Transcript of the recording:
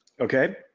Okay